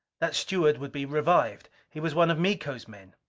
that steward would be revived. he was one of miko's men.